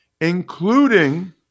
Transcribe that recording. including